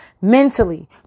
mentally